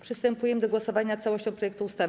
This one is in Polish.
Przystępujemy do głosowania nad całością projektu ustawy.